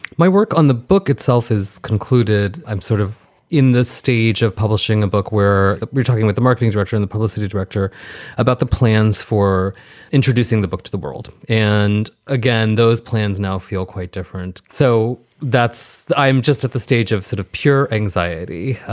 my work on the book itself is concluded. i'm sort of in this stage of publishing a book where we're talking with the marketing director and the publicity director about the plans for introducing the book to the world. and again, those plans now feel quite different. so that's i'm just at the stage of sort of pure anxiety